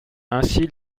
ainsi